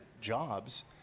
jobs